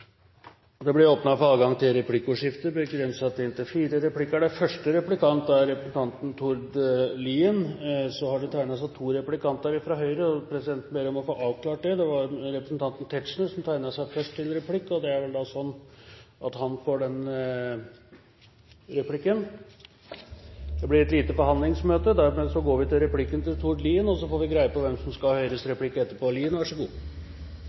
Det blir åpnet for replikkordskifte, begrenset til inntil fire replikker. Første replikant er representanten Tord Lien. Så har det tegnet seg to replikanter fra Høyre, og presidenten ber om å få avklart det. Det var representanten Tetzschner som tegnet seg først til replikk, og da er det vel slik at han får den replikken. Det blir et lite forhandlingsmøte. Dermed går vi til replikken fra Trond Lien, og så får vi greie på hvem som skal ta Høyres